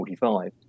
1945